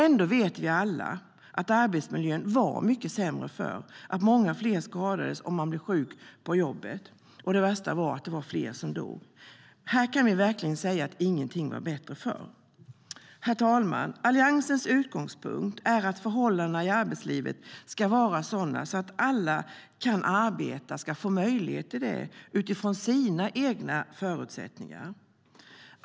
Ändå vet vi alla att arbetsmiljön var mycket sämre förr, att många fler skadades och att man blev sjuk på jobbet. Det värsta var att fler dog. Här kan vi verkligen säga att ingenting var bättre förr. Herr talman! Alliansens utgångspunkt är att förhållandena i arbetslivet ska vara sådana att alla som kan arbeta ska få möjlighet till det utifrån sina egna förutsättningar.